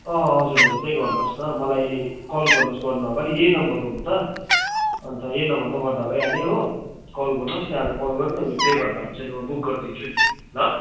अँ हजुर हजुर त्यही गर्नुहोस् न मलाई कल गर्नुहोस् गर्नुअगाडि यही नम्बर हो हुन त अन्त यही नम्बरमा गर्दा भइहाल्यो हो कल गर्नुहोस् त्यहाँबाट कल गरेर तपाईँले पे गर्दा हुन्छ नि म बुक गरिदिन्छु नि ल